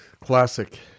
classic